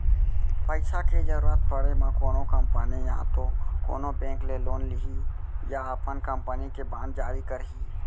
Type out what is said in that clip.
पइसा के जरुरत पड़े म कोनो कंपनी या तो कोनो बेंक ले लोन लिही या अपन कंपनी के बांड जारी करही